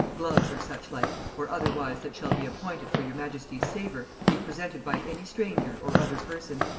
gloves or such like, or otherwise that shall be appointed for your majesty's savor, be presented by any stranger or other person,